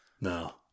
No